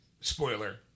spoiler